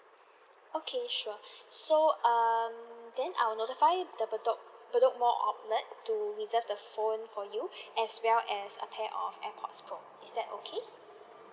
okay sure so um then I'll notify the bedok bedok mall outlet to reserve the phone for you as well as a pair of airpods pro is that okay